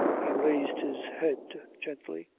he raised his head gently,